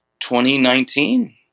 2019